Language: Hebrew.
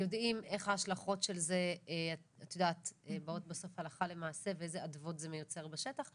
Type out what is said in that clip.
יודעים איך ההשלכות באות בסוף הלכה למעשה ואיזה אדוות זה מייצר בשטח.